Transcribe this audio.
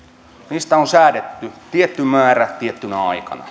niistä on säädetty tietty määrä tiettynä